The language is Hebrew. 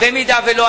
במידה שלא,